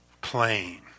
plain